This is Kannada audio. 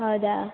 ಹೌದಾ